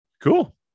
Cool